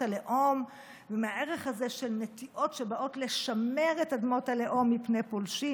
הלאום ומהערך הזה של נטיעות שבאות לשמר את אדמות הלאום מפני פולשים.